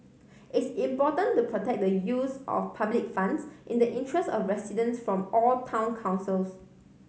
is important to protect the use of public funds in the interest of residents from all town councils